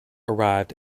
arrived